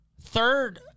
Third